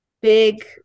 big